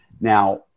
Now